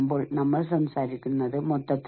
അതിനാൽ നമുക്ക് അതിലേക്ക് കടക്കാം